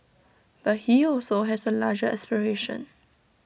but he also has A larger aspiration